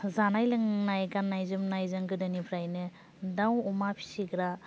जानाय लोंनाय गाननाय जोमनाय जों गोदोनिफ्रायनो दाव अमा फिसिग्रा